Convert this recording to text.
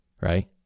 right